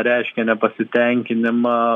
reiškė nepasitenkinimą